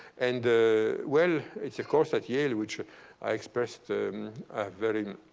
and, well, it's a course at yale, which i expressed a very